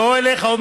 לא אליך.